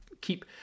keep